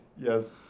Yes